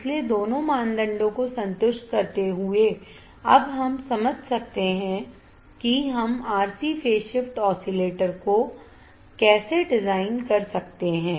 इसलिए दोनों मानदंडों को संतुष्ट करते हुए अब हम समझ सकते हैं कि हम RC फेज शिफ्ट ऑसिलेटर को कैसे डिजाइन कर सकते हैं